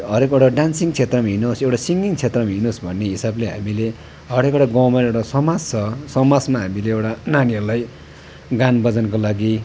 हरेकवटा डान्सिङ क्षेत्रमा हिँडोस् एउटा सिङ्गिङ क्षेत्रमा हिँडोस् भन्ने हिसाबले हामीले हरेकवटा गाउँमा एउटा समाज छ समाजमा हामीले एउटा नानीहरूलाई गानभजनको लागि